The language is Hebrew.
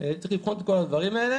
צריך לבחון את כל הדברים האלה